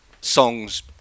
songs